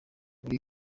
muri